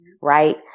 right